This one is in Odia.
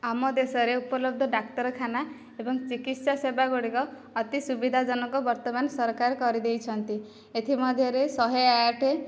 ଆମ ଦେଶରେ ଉପଲବ୍ଧ ଡାକ୍ତରଖାନା ଏବଂ ଚିକିତ୍ସା ସେବାଗୁଡ଼ିକ ଅତି ସୁବିଧାଜନକ ବର୍ତ୍ତମାନ ସରକାର କରିଦେଇଛନ୍ତି ଏଥିମଧ୍ୟରେ ଶହେ ଆଠ